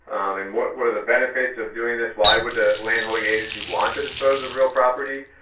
and what what are the benefits of doing this? why would the land-holding agency want to dispose of real property?